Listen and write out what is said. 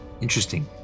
Interesting